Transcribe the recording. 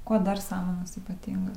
kuo dar samanos ypatingos